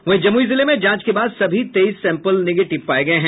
वहीं जमुई जिले में जांच के बाद सभी तेईस सैंपल निगेटिव पाये गये हैं